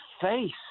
face